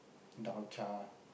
dalcha